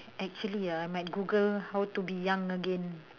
actually ah might google how to be young again